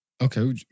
Okay